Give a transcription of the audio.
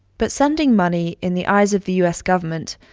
but sending money, in the eyes of the u s. government,